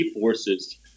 forces